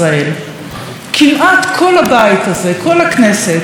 כל הכנסת מצביעה בעד מגילת העצמאות,